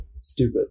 stupid